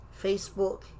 Facebook